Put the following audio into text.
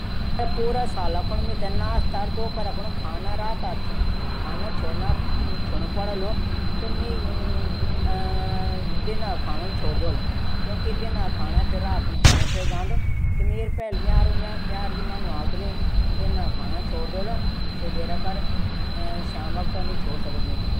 पूरा साल कुणे मेथे नाश्ता और दिन खाणू या रात खांणू छुडण प्वाडलू त मी दिन खाणू छोड द्योल। किलेकि दिन खाणू छोडी रात मा अछू से खये जाःदू। त मि दिन खाणू छोड द्योल। सुबेर और रात नी छोड सकदू मी।